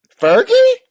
Fergie